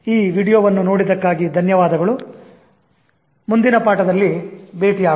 ಈ ವಿಡಿಯೋವನ್ನು ನೋಡಿದ್ದಕ್ಕಾಗಿ ಧನ್ಯವಾದಗಳು ಮುಂದಿನ ಪಾಠದಲ್ಲಿ ಭೇಟಿಯಾಗೋಣ